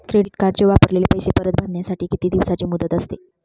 Credit कार्डचे वापरलेले पैसे परत भरण्यासाठी किती दिवसांची मुदत असते?